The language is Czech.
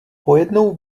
pojednou